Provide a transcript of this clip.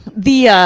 the, ah,